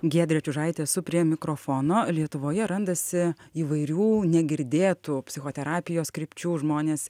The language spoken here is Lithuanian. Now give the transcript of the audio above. giedrė čiužaitė esu prie mikrofono lietuvoje randasi įvairių negirdėtų psichoterapijos krypčių žmonės